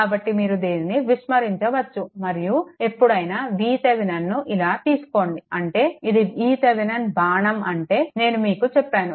కాబట్టి మీరు దీన్ని విస్మరించవచ్చు మరియు ఎప్పుడైనా VThevenin ను ఇలా తీసుకోండి అంటే ఇది VThevenin బాణం అంటే నేను మీకు చెప్పాను